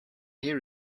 here